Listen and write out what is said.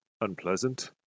unpleasant